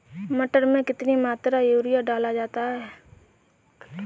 मटर में कितनी मात्रा में यूरिया डाला जाता है?